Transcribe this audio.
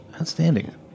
outstanding